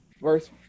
first